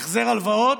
החזר הלוואות,